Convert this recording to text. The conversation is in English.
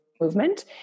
movement